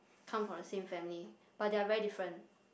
come from the same family but they're very different